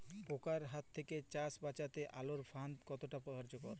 পোকার হাত থেকে চাষ বাচাতে আলোক ফাঁদ কতটা কার্যকর?